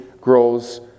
grows